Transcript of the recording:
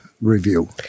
review